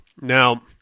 now